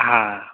हा